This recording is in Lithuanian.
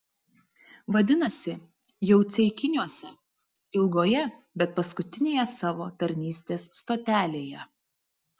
vadinasi jau ceikiniuose ilgoje bet paskutinėje savo tarnystės stotelėje